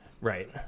Right